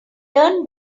learned